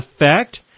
effect